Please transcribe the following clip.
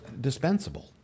dispensable